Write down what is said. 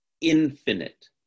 infinite